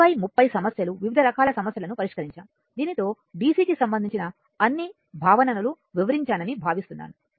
2030 సమస్యలు వివిధ రకాల సమస్యలను పరిష్కరించాము దీనితో DC కి సంబంధించిన అన్నీ భావనలు వివరించానని భావిస్తున్నాను